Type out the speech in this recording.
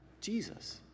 Jesus